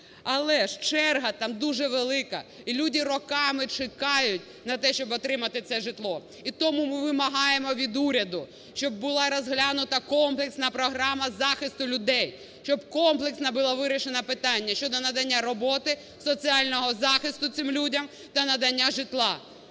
але ж черга там дуже велика і люди роками чекають на те, щоб отримати це житло. І тому ми вимагаємо від уряду, щоб була розглянута комплексна програма захисту людей, щоб комплексно було вирішення питання щодо надання роботи, соціального захисту цим людям та надання житла,